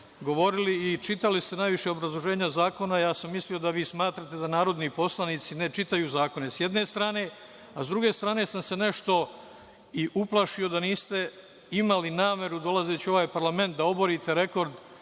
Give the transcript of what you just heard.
govorili i čitali ste najviše obrazloženja zakona, ja sam mislio da vi smatrate da narodni poslanici ne čitaju zakone, s jedne strane, a s druge strane sam se nešto i uplašio da niste imali nameru dolazeći u ovaj parlament da oborite rekord